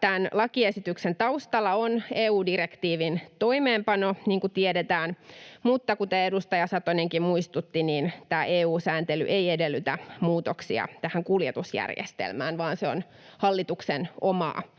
tämän lakiesityksen taustalla on EU-direktiivin toimeenpano, niin kuin tiedetään, mutta kuten edustaja Satonenkin muistutti, tämä EU-sääntely ei edellytä muutoksia tähän kuljetusjärjestelmään vaan se on hallituksen omaa